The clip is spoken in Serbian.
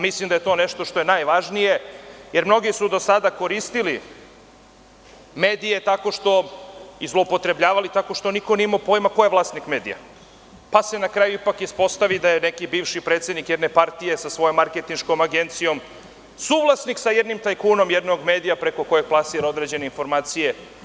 Mislim da je to nešto što je najvažnije, jer mnogi su do sada koristili medije i zloupotrebljavali, tako što niko nije imao pojma ko je vlasnik medija, pa se na kraju ipak ispostavi da je neki bivši predsednik jedne partije sa svojom marketinškom agencijom suvlasnik sa jednim tajkunom jednog medija, preko kojeg plasira određene informacije.